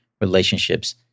relationships